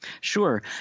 Sure